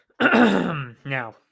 Now